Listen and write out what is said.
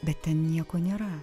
bet ten nieko nėra